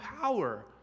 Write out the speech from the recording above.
power